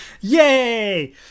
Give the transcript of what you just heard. Yay